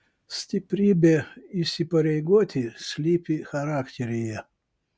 stiprybė įsipareigoti slypi charakteryje